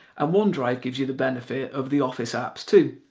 um onedrive gives you the benefit of the office apps too.